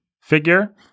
figure